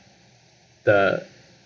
the